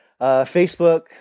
Facebook